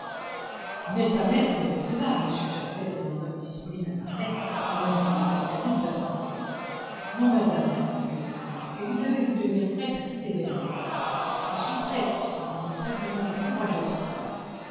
vous n'êtes pas maître de votre barre monsieur jasper demanda mrs paulina barnett pendant une courte accalmie de la tempête non madame répondit le lieutenant et vous devez vous tenir prête à tout événement je suis prête répondit simplement la courageuse femme